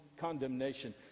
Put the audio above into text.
condemnation